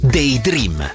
Daydream